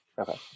Okay